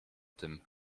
tym